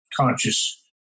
conscious